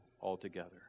altogether